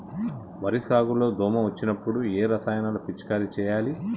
వరి సాగు లో దోమ వచ్చినప్పుడు ఏ రసాయనాలు పిచికారీ చేయాలి?